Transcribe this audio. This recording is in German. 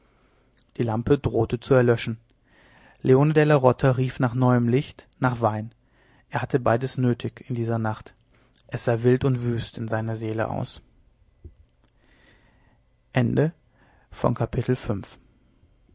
die lampe drohte zu erlöschen leone della rota rief nach neuem licht nach wein er hatte beides nötig in dieser nacht es sah wild und wüst in seiner seele aus